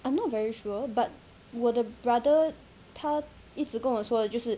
I'm not very sure but 我的 brother 他一直跟我说的就是